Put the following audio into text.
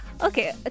Okay